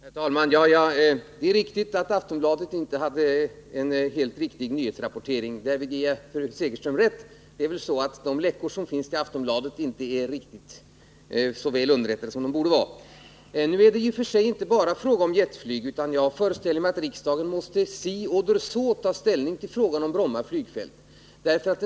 Herr talman! Det är riktigt att Aftonblandet inte hade en helt korrekt nyhetsrapportering. Därvid ger jag fru Segerström rätt. De som ”läcker” uppgifter till Aftonbladet är tydligen inte så välunderrättade som de borde vara. Men det är i och för sig inte bara fråga om jetflyg, utan jag föreställer mig att riksdagen måste, so oder so, ta ställning till frågan om Bromma flygfält.